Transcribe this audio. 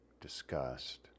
discussed